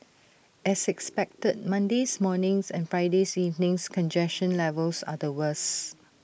as expected Monday's morning's and Friday's evening's congestion levels are the worse